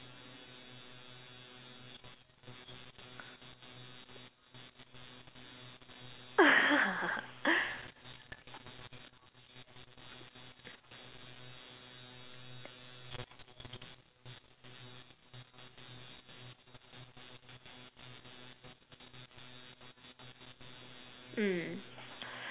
mm